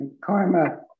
karma